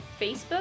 Facebook